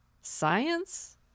Science